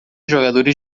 jogadores